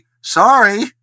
sorry